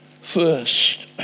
first